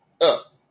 up